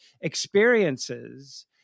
experiences